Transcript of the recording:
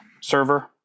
server